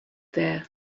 there